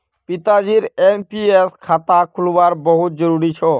पिताजीर एन.पी.एस खाता खुलवाना बहुत जरूरी छ